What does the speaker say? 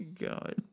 God